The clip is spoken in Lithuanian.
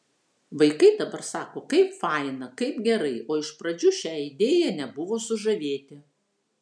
vaikai dabar sako kaip faina kaip gerai o iš pradžių šia idėja nebuvo sužavėti